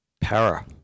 para